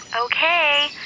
Okay